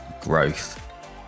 growth